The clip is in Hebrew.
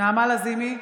נעמה לזימי,